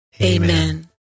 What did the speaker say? Amen